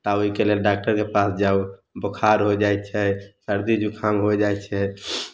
आ ओहिके लेल डाक्टरके पास जाउ बोखार होइ जाइ छै सर्दी जुखाम होइ जाइ छै